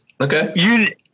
Okay